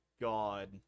god